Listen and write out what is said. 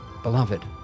beloved